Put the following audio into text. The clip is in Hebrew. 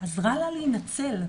עזרה לה להינצל.